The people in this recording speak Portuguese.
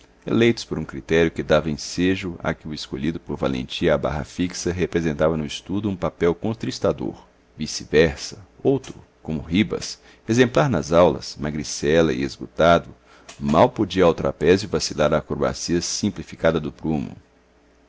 eleitos por um critério que dava ensejo a que o escolhido por valentia à barra fixa representava no estudo um papel contristador viceversa outro como ribas exemplar nas aulas magricela e esgotado mal podia ao trapézio vacilar a acrobacia simplificada do prumo